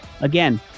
Again